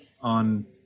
on